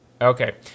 Okay